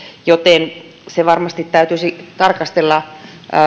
joten se varmasti täytyisi tarkastella